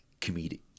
comedic